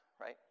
right